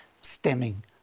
stemming